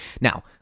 Now